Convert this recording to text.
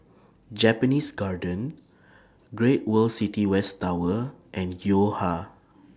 Japanese Garden Great World City West Tower and Yo Ha